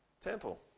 temple